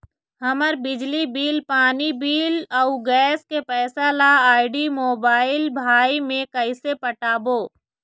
हमर बिजली बिल, पानी बिल, अऊ गैस के पैसा ला आईडी, मोबाइल, भाई मे कइसे पटाबो?